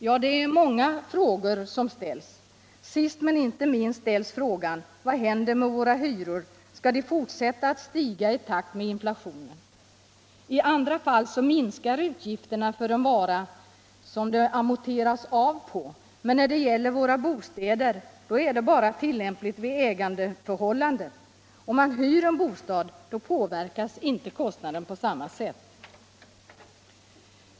Ja, det är många frågor som ställs. Sist men inte minst ställs frågan vad som skall hända med våra hyror. Skall de fortsätta att stiga i takt med inflationen? 1 andra fall minskar utgifterna för en vara som det amorteras av på, men när det gäller våra bostäder är det bara tillämpligt vid ägandeförhållande. Om man hyr en bostad påverkas inte kostnaden på samma sätt.